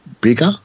bigger